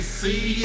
see